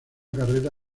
carrera